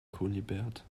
kunibert